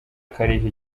kariho